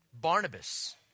Barnabas